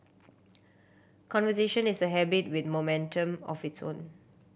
conversation is a habit with momentum of its own